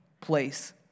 place